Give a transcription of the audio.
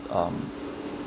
um